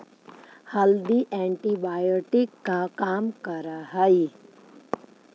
हल्दी एंटीबायोटिक का काम करअ हई